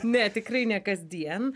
ne tikrai ne kasdien